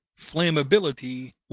flammability